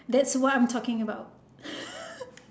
that's what I'm talking about